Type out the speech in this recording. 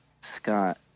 Scott